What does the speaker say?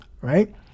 Right